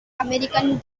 american